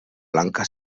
blanca